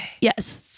yes